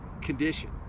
Condition